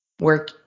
work